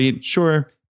Sure